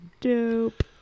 dope